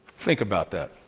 think about that.